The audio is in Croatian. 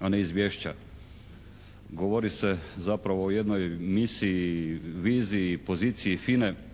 a ne izvješća. Govori se zapravo o jednoj misiji, viziji, poziciji FINA-e